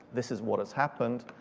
this is what has happened.